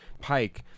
Pike